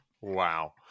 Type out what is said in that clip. Wow